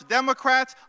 Democrats